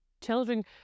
children